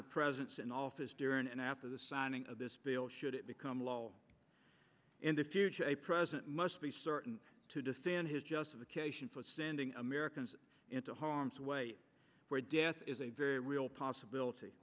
to presidents in office during and after the signing of this bill should it become law in the future a president must be certain to defend his justification for standing americans into harm's way where death is a very real possibility